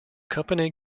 company